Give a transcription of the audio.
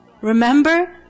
Remember